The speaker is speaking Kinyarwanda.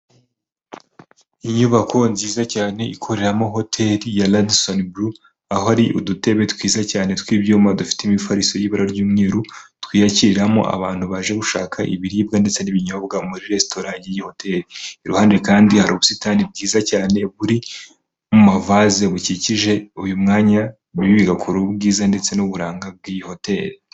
Inyubako nziza cyane ikoreramo hoteli ya radisoniburu aho hari udutebe twiza cyane tw'ibyuma dufite imifariso y'ibara ry'umweru, twiyakiriramo abantu baje gushaka ibiribwa ndetse n'ibinyobwa muri resitora y'iyi hoteli. Iruhande kandi hari ubusitani bwiza cyane buri mavaze bukikije uyu mwanya. Ibi bigakora ubwiza ndetse n'uburanga bw'iyi hoteli.